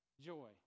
joy